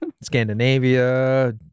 Scandinavia